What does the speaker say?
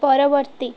ପରବର୍ତ୍ତୀ